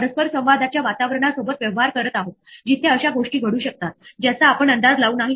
त्यामुळे हे जाणून घेणे महत्वाचे आहे की ती नेम एरर आहे किंवा इंडेक्स एरर आहे किंवा आणखी काही